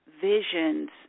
visions